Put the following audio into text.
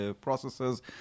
processes